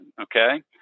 Okay